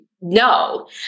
No